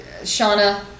Shauna